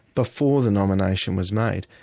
before the nomination was made.